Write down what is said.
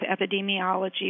epidemiology